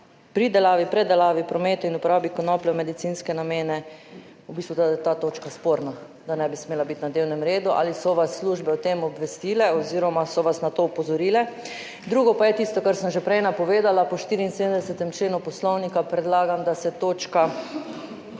pridelavi, predelavi, prometu in uporabi konoplje v medicinske namene, v bistvu, da je ta točka sporna, da ne bi smela biti na dnevnem redu. Ali so vas službe o tem obvestile oziroma so vas na to opozorile? Drugo pa je tisto, kar sem že prej napovedala, po 74. členu Poslovnika predlagam, da se točka,